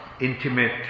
intimate